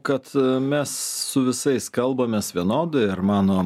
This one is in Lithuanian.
kad mes su visais kalbamės vienodai ir mano